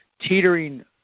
teetering